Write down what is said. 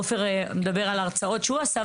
עופר כסיף מדבר על ההרצאות שהוא הרצה.